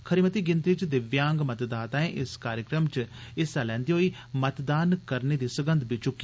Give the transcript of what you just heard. खरी मती गिनतरी च दिव्यांग मतदाताएं इस कार्यक्रम च हिस्सा लैंदे होई मतदान करने दी सगंध बी चुक्की